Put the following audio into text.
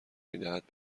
میدهد